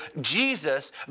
Jesus